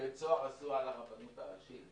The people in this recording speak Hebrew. שצהר עשו על הרבנות הראשית.